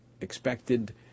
expected